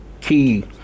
key